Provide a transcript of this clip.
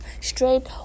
straight